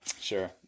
Sure